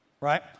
right